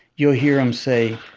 you'll hear him say,